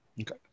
okay